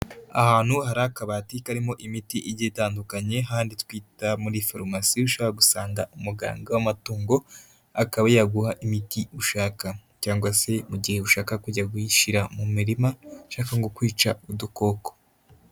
Ahantu hari akabati karimo imiti igiye itandukanye, hahandi twita muri farumasi ushobora gusanga umuganga w'amatungo akaba yaguha imiti ushaka, cyangwa se mu gihe ushaka kujya kuyishyira mu mirima ushaka nko kwica udukoko.